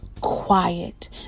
quiet